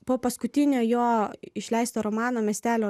po paskutinio jo išleisto romano miestelio